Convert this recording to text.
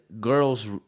girls